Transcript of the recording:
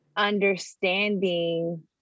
Understanding